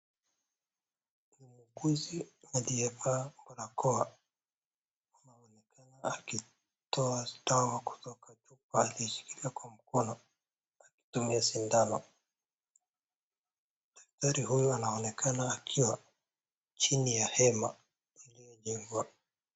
Muuguzi aliyevaa barakoa anaonekana akitoa dawa kutoka chupa aliyoshikilia kwa mkono akitumia sindano, daktari huyu anaonekana akiwa chini ya hema iliyojengwa.